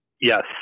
Yes